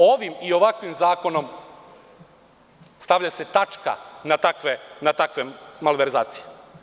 Ovim i ovakvim zakonom stavlja ste tačka na takve malverzacije.